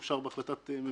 אושר בהחלטת ממשלה.